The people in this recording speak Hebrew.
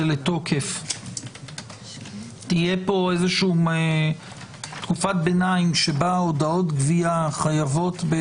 לתוקף תהיה פה איזושהי תקופת ביניים שבה הודעות גבייה חייבות,